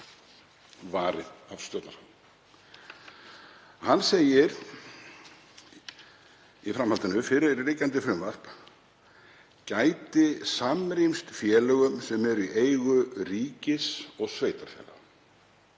Hann segir í framhaldinu að fyrirliggjandi frumvarp gæti samrýmst félögum sem eru í eigu ríkis og sveitarfélaga